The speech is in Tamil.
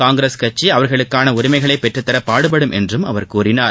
காங்கிரஸ் கட்சி அவர்களுக்கான உரிமைகளை பெற்றுத்தர பாடுபடும் என்றும் அவர் கூறினார்